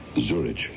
Zurich